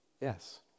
yes